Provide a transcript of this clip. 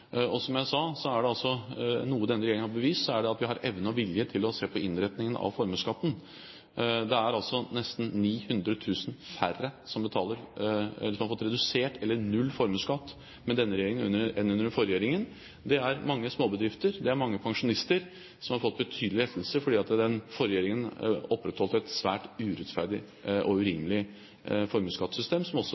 Og som jeg sa: Er det noe denne regjeringen har bevist, er det at vi har evne og vilje til å se på innretningen av formuesskatten. Det er altså nesten 900 000 færre som har fått redusert eller null formuesskatt med denne regjeringen enn med den forrige regjeringen. Det er mange småbedrifter og mange pensjonister som har fått betydelig lettelse, fordi den forrige regjeringen opprettholdt et svært urettferdig og urimelig formuesskattesystem, som også